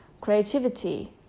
creativity